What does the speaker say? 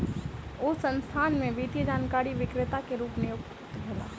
ओ संस्थान में वित्तीय जानकारी विक्रेता के रूप नियुक्त भेला